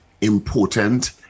important